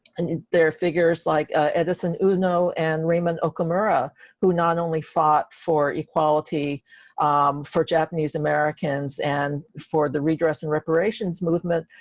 and there are figures like edison uno and raymond okumura who not only fought for equality for japanese americans and for the redress and reparations movement,